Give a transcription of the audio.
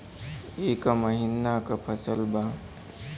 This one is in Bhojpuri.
ई क महिना क फसल बा?